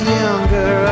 younger